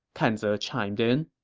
kan ze chimed in.